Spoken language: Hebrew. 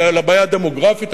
לבעיה הדמוגרפית,